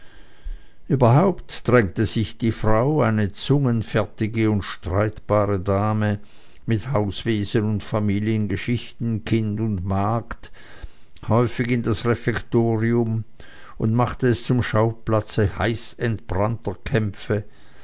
überhaupt drängte sich die frau eine zungenfertige und streitbare dame mit hauswesen und familiengeschichten kind und magd häufig in das refektorium und machte es zum schauplatze heißentbrannter kämpfe